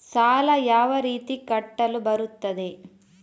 ಸಾಲ ಯಾವ ರೀತಿ ಕಟ್ಟಲು ಬರುತ್ತದೆ?